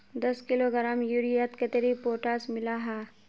दस किलोग्राम यूरियात कतेरी पोटास मिला हाँ?